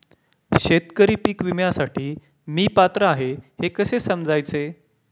शेतकरी पीक विम्यासाठी मी पात्र आहे हे कसे समजायचे?